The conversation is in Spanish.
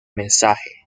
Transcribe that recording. mensaje